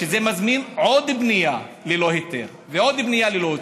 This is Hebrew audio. זה מזמין עוד בנייה ללא היתר ועוד בנייה וללא היתר.